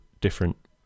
different